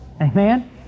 Amen